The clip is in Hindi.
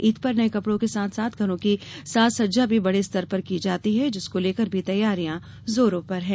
ईद पर नए कपडों के साथ घरों की साज सज्जा भी बडे स्तर पर की जाती है जिस को लेकर भी तैयारियां जोरो पर है